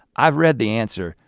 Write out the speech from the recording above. i've read the answer,